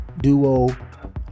duo